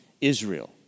Israel